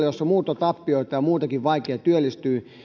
joissa on muuttotappiota ja muutenkin vaikea työllistyä